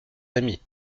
amis